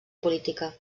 política